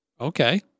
okay